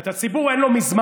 את הציבור אין לו מזמן.